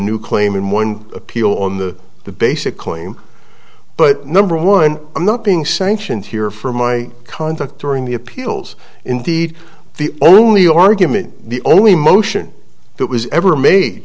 new claim and one appeal on the the basic claim but number one i'm not being sanctioned here for my conduct during the appeals indeed the only argument the only motion that was ever made